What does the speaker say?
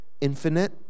infinite